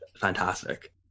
fantastic